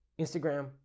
Instagram